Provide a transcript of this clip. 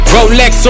Rolex